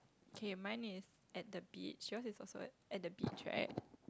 K mine is at the beach yours is also at the beach right